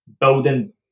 building